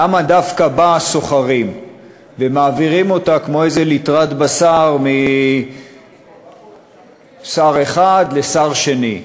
למה דווקא בה סוחרים ואותה מעבירים כמו איזו ליטרת בשר משר אחד לשר שני?